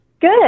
Good